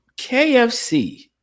KFC